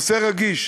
נושא רגיש,